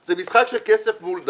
זה משחק של כסף מול דם.